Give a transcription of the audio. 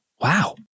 Wow